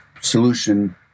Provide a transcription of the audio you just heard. solution